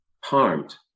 harmed